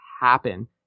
happen